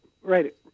right